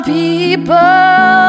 people